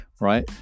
right